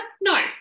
No